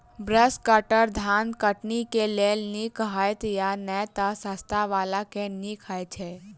Brush cutter धान कटनी केँ लेल नीक हएत या नै तऽ सस्ता वला केँ नीक हय छै?